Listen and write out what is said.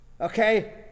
Okay